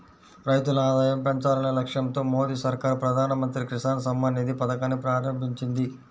రైతుల ఆదాయం పెంచాలనే లక్ష్యంతో మోదీ సర్కార్ ప్రధాన మంత్రి కిసాన్ సమ్మాన్ నిధి పథకాన్ని ప్రారంభించింది